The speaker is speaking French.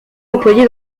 employée